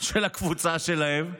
של הקבוצה שלהם,